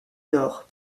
nord